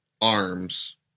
arms